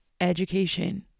education